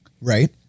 right